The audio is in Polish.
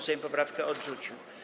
Sejm poprawkę odrzucił.